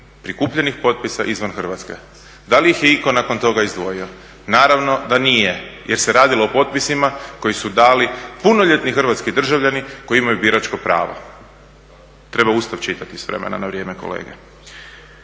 prikupljenih potpisa izvan Hrvatske. Da li ih je itko nakon toga izdvojio? Naravno da nije, jer se radilo o potpisima koji su dali punoljetni hrvatski državljani koji imaju biračko pravo. Treba Ustav čitati s vremena na vrijeme kolege.